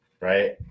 Right